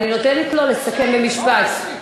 אני נותנת לו לסכם במשפט,